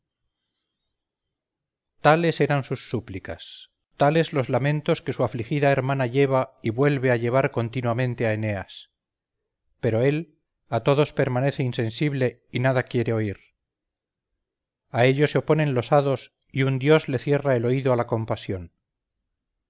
tales eran sus súplicas tales los lamentos que su afligida hermana lleva y vuelve a llevar continuamente a eneas pero él a todos permanece insensible y nada quiere oír a ello se oponen los hados y un dios le cierra el oído a la compasión